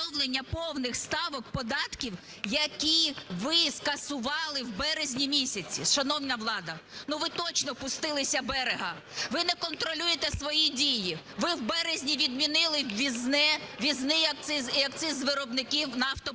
ввізний акциз і акциз виробників нафтопродуктів,